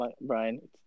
Brian